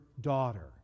daughter